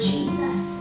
Jesus